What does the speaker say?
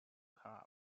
club